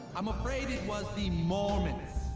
i'm afraid it was the mormons.